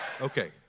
Okay